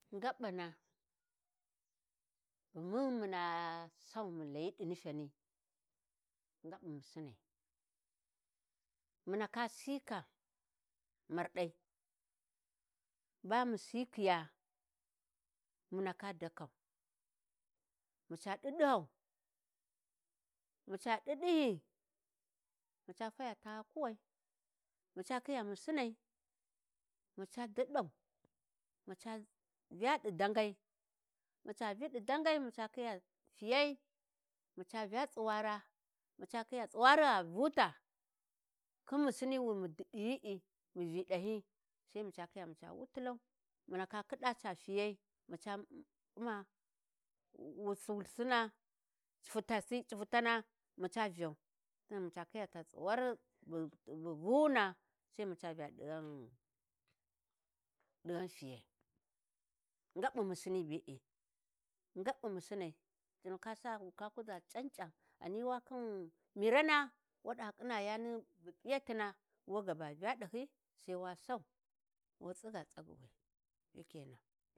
﻿Gaɓɓana bu mun muna sau ghi layi ɗi nifyani gaɓɓu musinai, mundaka Sika marɗai ba mu Sikhiya, mu ndaka dakau, mu ca ɗiɗihau, muca ɗiɗihyi mu ca faya tahya kuwai, mu ca Khiya musinai mu ca diɗau mu ca Vya ɗi daggai, mu ca Vyi ɗi daggai, mu ca khiya tsuwari gha vu ta khin musini wi mu di-ɗiyi ẹ mu vi ɗa hyi sai mu ca Khiya muca wutillau, munlaka khiɗa ca fiyai mu ca umma wu wususina c'ifutasi c'ifutana mu ca vyau. Sai mu ca khiya ta tsuwar bu bu vuwuna sai mu ca vya ca ɗighan fiyai gaɓɓu musini be e, gaɓɓu musinai wun ka sa wun ka kuʒa c'an c'an ghani wa khin mirana waɗa khina yani bu p’iyatina wu ga ba Vya ɗahuyi sai wa sau wutsiga tsaguwi shikenan.